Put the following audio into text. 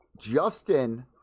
Justin